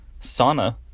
sauna